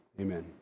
amen